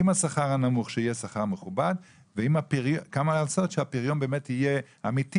שהשכר יהיה מכובד ושהפריון באמת יהיה אמיתי